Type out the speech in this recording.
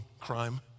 crime